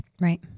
Right